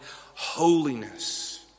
holiness